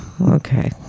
Okay